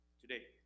today